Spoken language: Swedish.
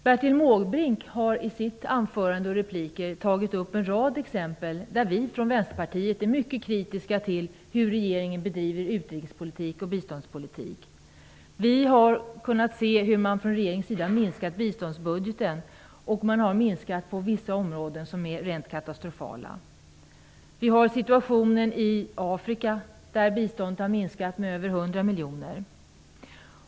Bertil Måbrink tog i sitt anförande och i sina repliker upp en rad exempel där vi från Vänsterpartiet är mycket kritiska till hur regeringen bedriver utrikes och biståndspolitik. Vi har kunnat se hur man från regeringens sida har minskat biståndsbudgeten. På vissa områden är minskningarna katastrofala. Biståndet till Afrika har minskat med över 100 miljoner.